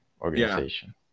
organization